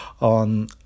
on